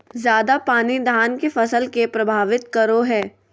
ज्यादा पानी धान के फसल के परभावित करो है?